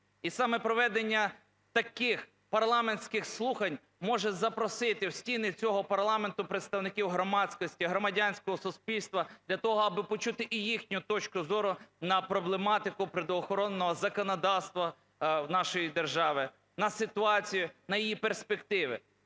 І саме проведення таких парламентських слухань може запросити в стіни цього парламенту представників громадськості, громадянського суспільства для того, аби почути і їхню точку зору на проблематику природоохоронного законодавства нашої держави, на ситуацію, на її перспективи.